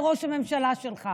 כמה קשה לראש הממשלה שלך,